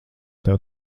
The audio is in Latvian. tev